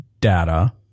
data